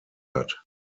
hat